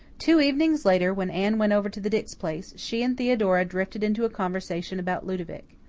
two evenings later, when anne went over to the dix place, she and theodora drifted into a conversation about ludovic.